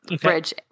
bridge